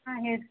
ಹಾಂ ಹೇಳ್ರಿ